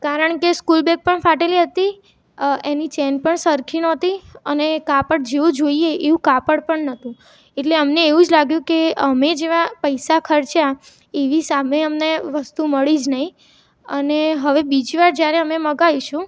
કારણ કે school bag પણ ફાટેલી હતી અ એની ચેન પણ સરખી નહોતી અને કાપડ જેવું જોઈએ એવું કાપડ પણ ન હતું એટલે અમને એવું જ લાગ્યું કે અમે જેવા પૈસા ખર્ચ્યા એવી સામે અમને વસ્તુ મળી જ નહીં અને હવે બીજીવાર જ્યારે અમે મંગાઈશું